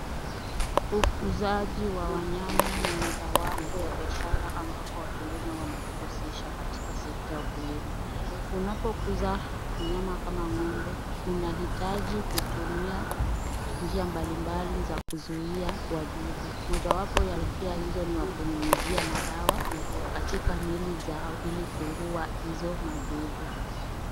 Ukuzaji wa wanyama ni mojawapo ya biashara ambapo wakulima wanajihusisha katika sekta ya ukulima. Unapokuza wanyama kama ng'ombe unahitaji kutumia njia mbalimbali za kuzuia wadudu. Mojawapo ya njia hizo ni kuwanyunyuzia madawa katika miili zao ili kuua hizo madudu.